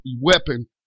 weapon